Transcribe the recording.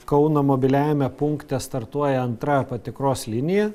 kauno mobiliajame punkte startuoja antra patikros linija